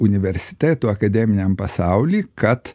universiteto akademiniam pasauly kad